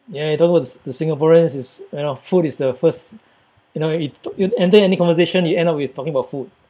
ya you talking about the s~ the singaporeans is you know food is the first you know you e~ e~ enter any conversation you end up with talking about food